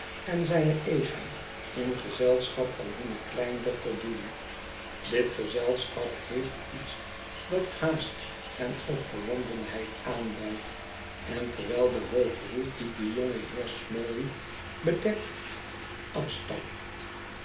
en zijne ega in gezelschap van hunne kleindochter judy dit gezelschap heeft iets dat haast en opgewondenheid aanduidt en terwijl de hooge hoed die den jongen heer smallweed bedekt afstapt